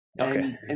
Okay